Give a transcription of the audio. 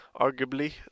Arguably